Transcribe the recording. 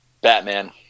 Batman